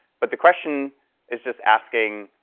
but the question is just asking